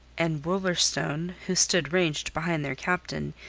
and wolverstone who stood ranged behind their captain,